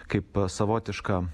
kaip savotišką